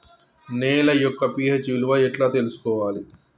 నేల యొక్క పి.హెచ్ విలువ ఎట్లా తెలుసుకోవాలి?